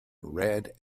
red